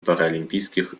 паралимпийских